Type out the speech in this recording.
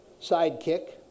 sidekick